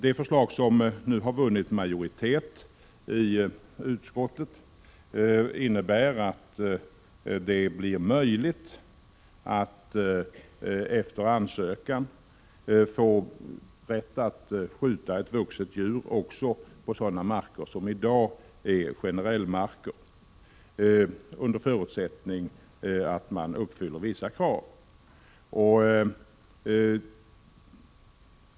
Det förslag som nu har vunnit majoritet i utskottet innebär att det blir möjligt att efter ansökan få rätt att skjuta ett vuxet djur också på sådana marker som i dag är generella marker, under förutsättning att vissa krav uppfylls.